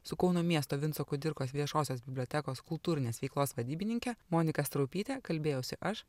su kauno miesto vinco kudirkos viešosios bibliotekos kultūrinės veiklos vadybininke monika straupyte kalbėjausi aš